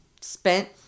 spent